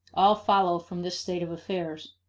all follow from this state of affairs.